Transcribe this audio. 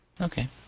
Okay